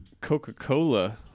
Coca-Cola